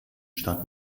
stadt